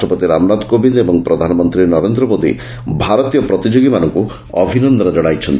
ରାଷ୍ଟ୍ରପତି ରାମନାଥ କୋବିନ୍ଦ୍ ଓ ପ୍ରଧାନମନ୍ତ୍ରୀ ନରେନ୍ଦ୍ର ମୋଦି ଭାରତୀୟ ପ୍ରତିଯୋଗୀମାନଙ୍କୁ ଅଭିନନ୍ଦନ ଜଣାଇଛନ୍ତି